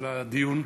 על הדיון.